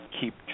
keep